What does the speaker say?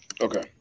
Okay